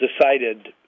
decided